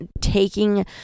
taking